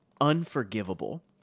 Unforgivable